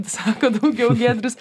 sako daugiau giedrius